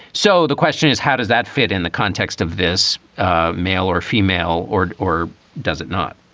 so the question is, how does that fit in the context of this? ah male or female or or does it not?